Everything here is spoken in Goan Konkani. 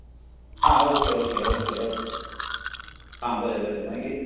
आं ओके ओके ओके ओके आं बरें बरें मागीर